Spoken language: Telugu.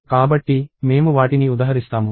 కాబట్టి మేము వాటిని ఉదహరిస్తాము